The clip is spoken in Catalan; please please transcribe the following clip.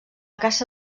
caça